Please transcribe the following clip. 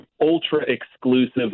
ultra-exclusive